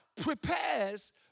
prepares